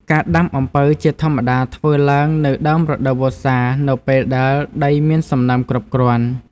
ការដាំអំពៅជាធម្មតាធ្វើឡើងនៅ ដើមរដូវវស្សា នៅពេលដែលដីមានសំណើមគ្រប់គ្រាន់។